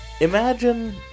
Imagine